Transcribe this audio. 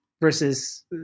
versus